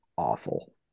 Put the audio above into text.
awful